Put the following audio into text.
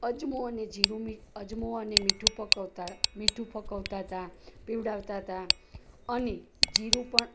અજમો ને જીરું અજમો અને મીઠું પકવતાં મીઠું પકવતાં હતાં પીવડાવતાં હતાં અને જીરું પણ